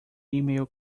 email